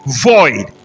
void